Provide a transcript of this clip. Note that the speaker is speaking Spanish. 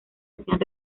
hacían